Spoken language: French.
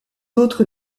autres